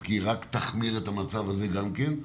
כי היא רק תחמיר את המצב הזה גם כן.